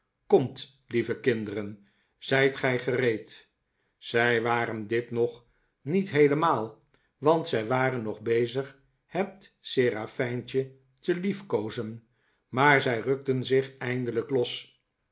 komt lieve kinderen zijt gij ge reed zij waren dit nog niet heeleniaal want zij waren nog bezig het serafijntje te liefkoozen maar zij rukten zich eindelijk los